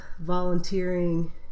volunteering